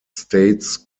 states